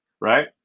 Right